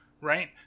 right